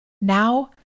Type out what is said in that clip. now